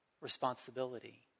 responsibility